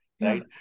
right